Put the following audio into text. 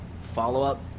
follow-up